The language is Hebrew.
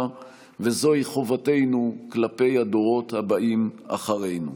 וזוהי חובתנו כלפי הדורות הבאים אחרינו.